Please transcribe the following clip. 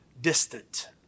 distant